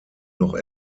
noch